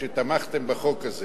שתמכתם בחוק הזה